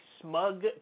smug